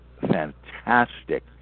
fantastic